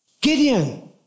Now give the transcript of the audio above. Gideon